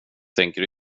tänker